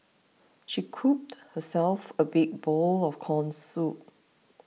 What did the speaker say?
she scooped herself a big bowl of Corn Soup